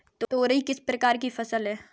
तोरई किस प्रकार की फसल है?